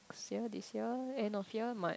last year this year end of year March